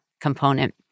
component